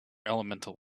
elemental